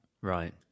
right